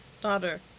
Daughter